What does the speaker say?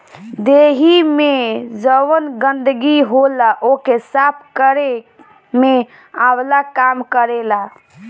देहि में जवन गंदगी होला ओके साफ़ केरे में आंवला काम करेला